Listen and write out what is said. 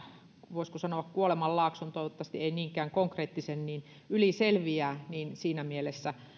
voisiko sanoa kuolemanlaakson toivottavasti ei niinkään konkreettisen yli selviää niin siinä mielessä